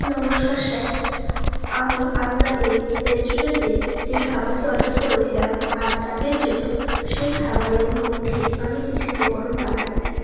নমস্কার স্যার আমি আপনাদের রেস্টুরেন্টে যেই খাবারটি অর্ডার করেছিলাম আজ রাতের জন্য সেই খাবারের মধ্যে আমি কিছু উপকরণ বাড়াতে চাই